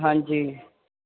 ਹਾਂਜੀ